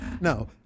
no